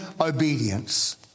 obedience